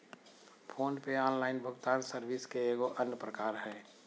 phone पे online भुगतान service के एगो अन्य प्रकार हय